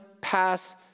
pass